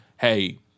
hey –